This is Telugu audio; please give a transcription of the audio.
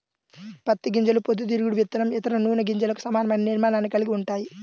పత్తి గింజలు పొద్దుతిరుగుడు విత్తనం, ఇతర నూనె గింజలకు సమానమైన నిర్మాణాన్ని కలిగి ఉంటాయి